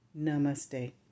Namaste